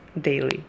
daily